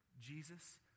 Jesus